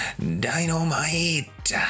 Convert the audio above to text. Dynamite